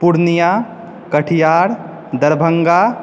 Purnia Katihar Darbhanga